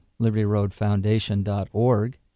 LibertyRoadFoundation.org